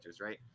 right